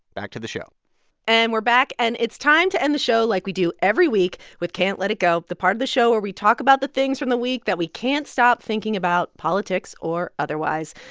back to the show and we're back, and it's time to end the show like we do every week with can't let it go, the part of the show where we talk about the things from the week that we can't stop thinking about, politics or otherwise.